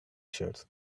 shirts